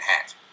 Hat